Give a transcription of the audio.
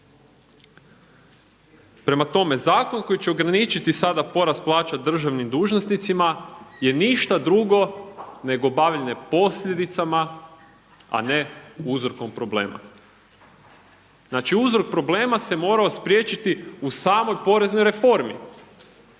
Prema tome, zakon koji će ograničiti sada porast plaća državnim dužnosnicima je ništa drugo nego bavljenje posljedicama, a ne uzrokom problema. Znači, uzrok problema se morao spriječiti u samoj poreznoj reformi,